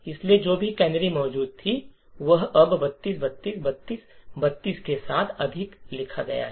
इसलिए जो भी कैनरी मौजूद थी वह अब 32 32 32 और 32 के साथ अधिक लिखा गया है